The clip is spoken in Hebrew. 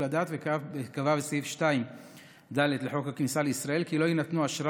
הדעת וקבע בסעיף 2(ד) לחוק הכניסה לישראל כי לא יינתנו אשרה